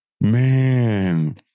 man